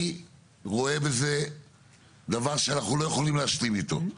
אני רואה בזה דבר שאנחנו לא יכולים להשלים איתו.